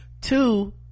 Two